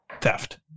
theft